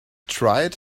tried